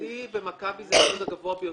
אצלי במכבי זה האחוז הגבוה ביותר.